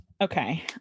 Okay